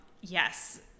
Yes